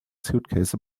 suitcase